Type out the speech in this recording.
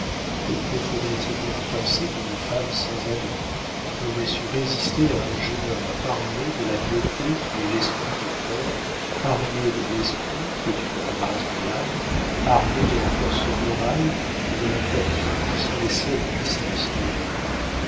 et que faudrait-il donc penser d'une femme sans amant qui aurait su résister à un jeune homme armé de la beauté qui est l'esprit du corps armé de l'esprit qui est une grâce de l'âme armé de la force morale et de la fortune qui sont les deux seules puissances réelles